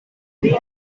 these